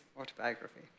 autobiography